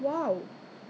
!huh! thirty percent